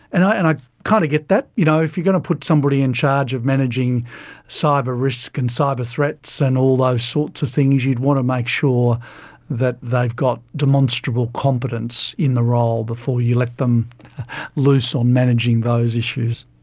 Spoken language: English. and and i kind of get that. you know, if you're going to put somebody in charge of managing cyber risk and cyber threats and all those sorts of things, you'd want to make sure that they've got demonstrable competence in the role before you let them loose on managing those issues.